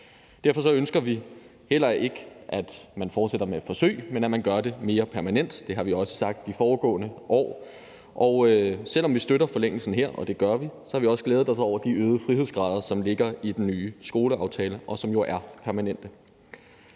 Derfor ønsker vi heller ikke, at man fortsætter med et forsøg, men at man gør det mere permanent. Det har vi også sagt de foregående år. Og selv om vi støtter forlængelsen her, og det gør vi, har vi også glædet os over de øgede frihedsgrader, som ligger i den nye skoleaftale, og som jo er permanente.